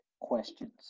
questions